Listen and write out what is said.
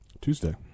Tuesday